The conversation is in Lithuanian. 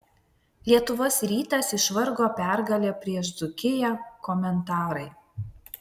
lietuvos rytas išvargo pergalę prieš dzūkiją komentarai